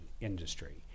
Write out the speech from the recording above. industry